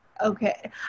okay